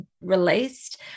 released